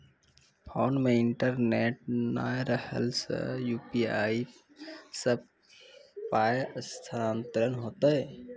Phone मे internet नै रहला सॅ, यु.पी.आई सॅ पाय स्थानांतरण हेतै?